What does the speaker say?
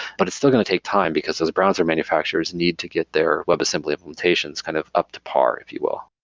but it's still going to take time because those browser manufacturers need to get their webassembly implementations kind of up to par, if you will